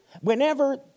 whenever